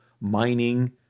mining